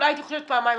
אולי הייתי חושבת פעמיים,